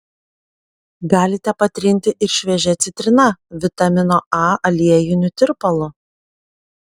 galite patrinti ir šviežia citrina vitamino a aliejiniu tirpalu